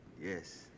yes